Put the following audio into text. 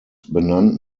benannt